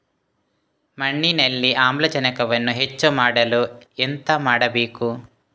ಮಣ್ಣಿನಲ್ಲಿ ಆಮ್ಲಜನಕವನ್ನು ಹೆಚ್ಚು ಮಾಡಲು ಎಂತ ಮಾಡಬೇಕು?